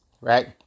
right